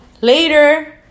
Later